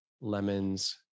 lemons